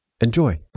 Enjoy